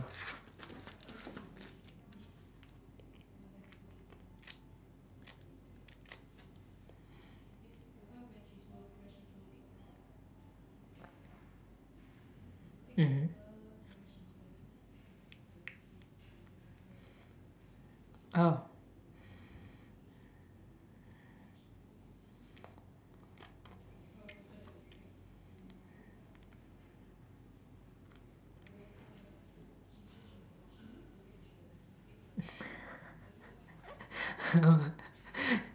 mmhmm oh